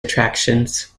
attractions